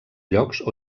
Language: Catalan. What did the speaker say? llocs